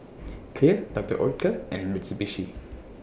Clear Doctor Oetker and Mitsubishi